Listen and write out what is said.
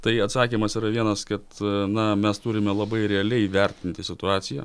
tai atsakymas yra vienas kad na mes turime labai realiai vertinti situaciją